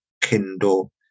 Kindle